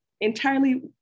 Entirely